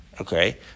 Okay